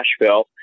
Nashville